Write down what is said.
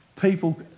people